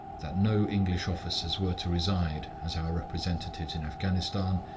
that no english officers were to reside as our representatives in afghanistan,